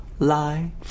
lie